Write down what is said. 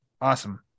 awesome